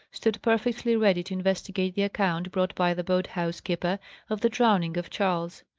stood perfectly ready to investigate the account brought by the boat-house keeper of the drowning of charles.